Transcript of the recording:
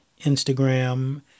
Instagram